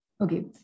Okay